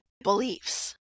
beliefs